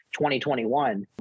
2021